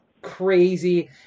crazy